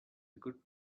good